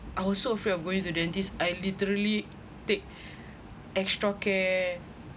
I was so afraid of going to the dentist I literally take extra care